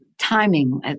timing